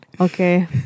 Okay